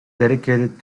dedicated